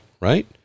right